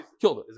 Killed